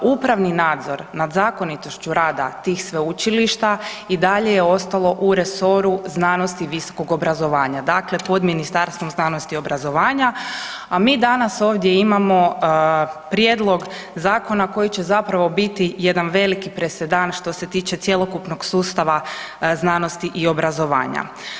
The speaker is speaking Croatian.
Upravni nadzor nad zakonitošću rada tih sveučilišta i dalje je ostalo u resoru znanosti visokog obrazovanja, dakle, pod Ministarstvom znanosti i obrazovanja, a mi danas ovdje imamo prijedlog zakona koji će zapravo biti jedan veliki presedan što se tiče cjelokupnog sustava znanosti i obrazovanja.